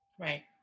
Right